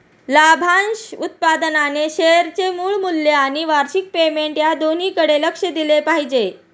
लाभांश उत्पन्नाने शेअरचे मूळ मूल्य आणि वार्षिक पेमेंट या दोन्हीकडे लक्ष दिले पाहिजे